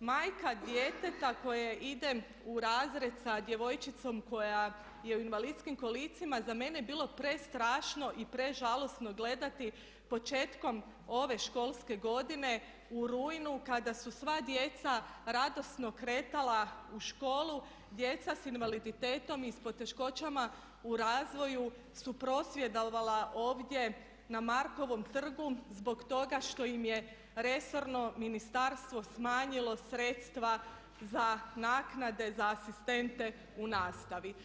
majka djeteta koje ide u razred sa djevojčicom koja je u invalidskim kolicima za mene je bilo prestrašno i prežalosno gledati početkom ove školske godine u rujnu kada su sva djeca radosno kretala u školu djeca s invaliditetom i s poteškoćama u razvoju su prosvjedovala ovdje na Markovom trgu zbog toga što im je resorno ministarstvo smanjilo sredstva za naknade za asistente u nastavi.